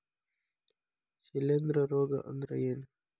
ಶಿಲೇಂಧ್ರ ರೋಗಾ ಅಂದ್ರ ಏನ್?